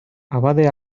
abade